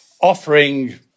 offering